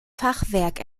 fachwerk